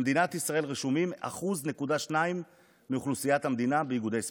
במדינת ישראל רשומים 1.2% מאוכלוסיית המדינה באיגודי ספורט.